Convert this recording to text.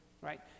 right